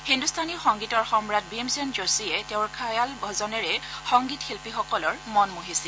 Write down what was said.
হিন্দুস্তানী সংগীতৰ সমাট ভীমসেন যোশীয়ে তেওঁৰ খেয়াল ভজনৰে সংগীত শিল্পীসকলৰ মন মুহিছিল